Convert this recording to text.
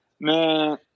man